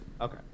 okay